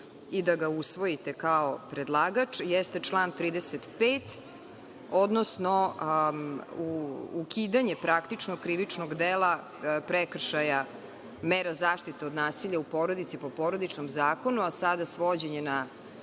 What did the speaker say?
i da ga usvojite kao predlagač, jeste član 35, odnosno ukidanje praktično krivičnog dela prekršaja mere zaštite od nasilja u porodici po Porodičnom zakonu, a sada svođenje na